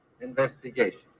investigation